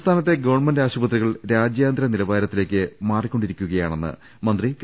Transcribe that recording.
സംസ്ഥാനത്തെ ഗവൺമെന്റ് ആശുപത്രികൾ രാജ്യാന്തര നില വാരത്തിലേക്ക് മാറ്റിക്കൊണ്ടിരിക്കുകയാണെന്ന് മന്ത്രി കെ